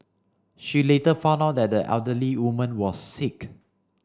she later found out that the elderly woman was sick